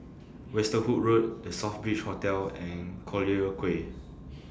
Westerhout Road The Southbridge Hotel and Collyer Quay